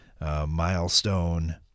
Milestone